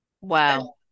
Wow